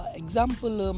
example